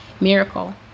miracle